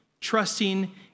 trusting